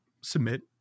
submit